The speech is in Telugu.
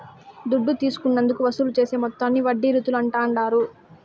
దుడ్డు తీసుకున్నందుకు వసూలు చేసే మొత్తాన్ని వడ్డీ రీతుల అంటాండారు